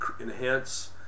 enhance